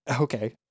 Okay